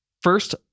first